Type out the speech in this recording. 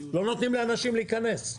לא נותנים לאנשים להיכנס.